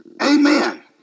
Amen